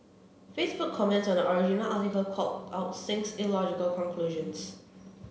Facebook comments on the original article called out Singh's illogical conclusions